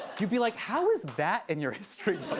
you'd be like, how is that in your history book?